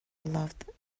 loved